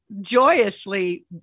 joyously